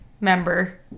member